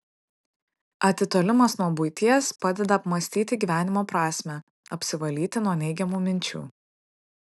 atitolimas nuo buities padeda apmąstyti gyvenimo prasmę apsivalyti nuo neigiamų minčių